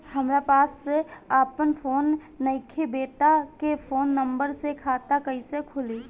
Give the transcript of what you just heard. हमरा पास आपन फोन नईखे बेटा के फोन नंबर से खाता कइसे खुली?